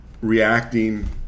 reacting